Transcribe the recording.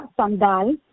Sandal